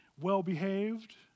well-behaved